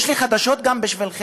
יש לי חדשות גם בשבילכם.